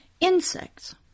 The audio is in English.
insects